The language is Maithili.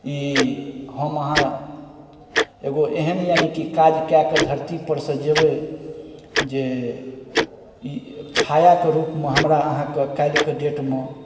ई हम अहाँ एगो एहन यानिकि काज कए कऽ धरतीपर सँ जेबै जे ई छायाके रूपमे हमरा अहाँके काल्हिके डेटमे